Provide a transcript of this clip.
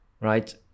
Right